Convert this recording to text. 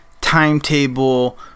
timetable